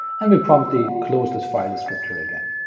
and we promptly close this file descriptor again.